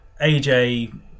AJ